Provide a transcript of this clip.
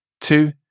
Two